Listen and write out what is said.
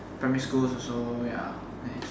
primary schools also ya and then